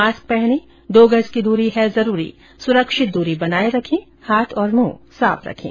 mask पहनें दो गज की दूरी है जरूरी सुरक्षित दूरी बनाए रखें हाथ और मुंह साफ रखें